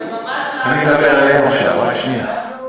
זה ממש לא, אני מדבר אליהם עכשיו, רק שנייה.